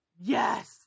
yes